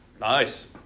Nice